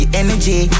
energy